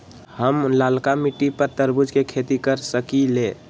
हम लालका मिट्टी पर तरबूज के खेती कर सकीले?